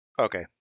Okay